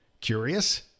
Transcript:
Curious